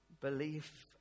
belief